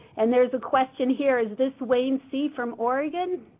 and there's a question here, is this wayne c. from oregon.